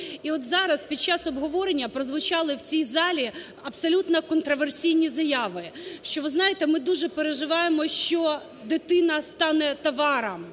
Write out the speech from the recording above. І от зараз під час обговорення прозвучали в цій залі абсолютно контраверсійні заяви, що, ви знаєте, ми дуже переживаємо, що дитина стане товаром,